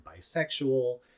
bisexual